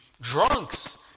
drunks